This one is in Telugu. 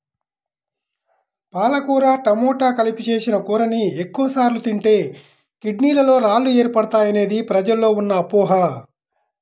పాలకూర టమాట కలిపి చేసిన కూరని ఎక్కువ సార్లు తింటే కిడ్నీలలో రాళ్లు ఏర్పడతాయనేది ప్రజల్లో ఉన్న అపోహ